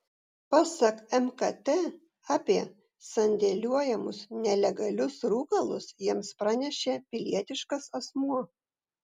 pasak mkt apie sandėliuojamus nelegalius rūkalus jiems pranešė pilietiškas asmuo